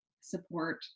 support